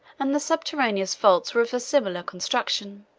and the subterraneous vaults were of a similar construction.